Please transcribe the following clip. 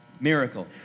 miracle